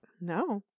No